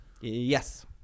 Yes